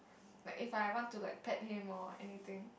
like if I want to like pet him or anything